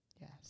Yes